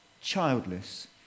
childless